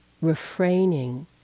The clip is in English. refraining